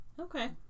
okay